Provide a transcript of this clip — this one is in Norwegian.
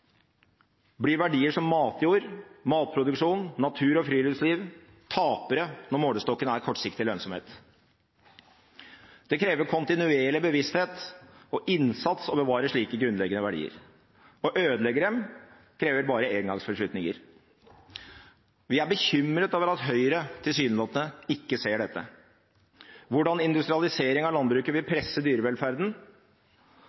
blir verdier som matjord, matproduksjon, natur og friluftsliv tapere når målestokken er kortsiktig lønnsomhet. Det krever kontinuerlig bevissthet og innsats å bevare slike grunnleggende verdier. Å ødelegge dem krever bare engangsbeslutninger. Vi er bekymret over at Høyre tilsynelatende ikke ser dette, hvordan industrialisering av landbruket vil